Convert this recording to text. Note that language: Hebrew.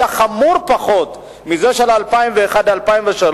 היה חמור פחות מזה של 2001 2003: